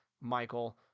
michael